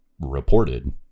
reported